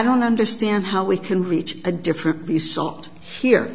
don't understand how we can reach a different result here